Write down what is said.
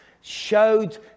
showed